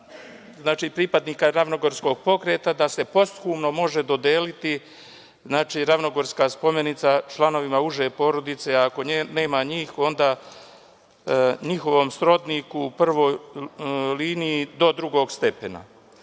nema pripadnika ravnogorskog pokreta, da se posthumno može dodeliti Ravnogorska spomenica članovima uže porodice, a ako nema njih onda njihovom srodniku u prvoj liniji do drugog stepena. Mi